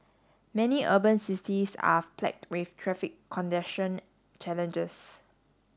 many urban cities are plagued with traffic congestion challenges